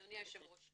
אדוני היושב ראש,